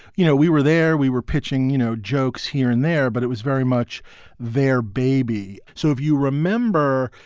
you know, we were there. we were pitching, you know, jokes here and there. but it was very much there, baby. so if you remember,